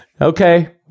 Okay